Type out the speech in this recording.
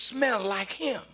smell like him